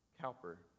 Cowper